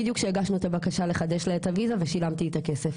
בדיוק כשהגשנו את הבקשה לחדש לה את הוויזה ושילמתי את הכסף.